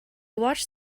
watched